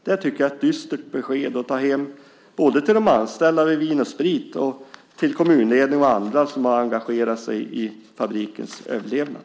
Det tycker jag är ett dystert besked att ta hem både till de anställda vid Vin & Sprit och till kommunledning och andra som har engagerat sig i fabrikens överlevnad.